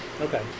Okay